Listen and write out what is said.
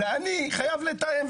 ושיקלי ואני חייבים לתאם,